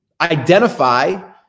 identify